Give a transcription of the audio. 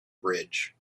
bridge